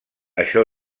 això